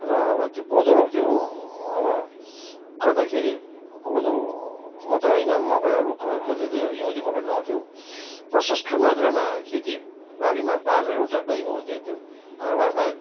र अब त्यो कोदो रोप्थ्यो हो अब गर्दाखेरि कोदो मात्रै होइन मकैहरू क कतिले हिउँदे मकै लगाउँथ्यो प्रशस्त मात्रामा खेतीबारीमा बाँझो एउटा पनि हुन्थेन त्यो घरबार बाहेक